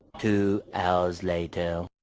two hours later